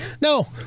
No